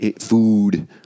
food